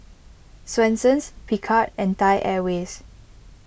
Swensens Picard and Thai Airways